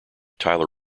tyler